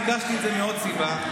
ביקשתי את זה מעוד סיבה,